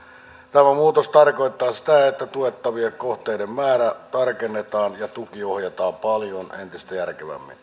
tämä muutos tarkoittaa sitä että tuettavien kohteiden määrää tarkennetaan ja tuki ohjataan paljon entistä järkevämmin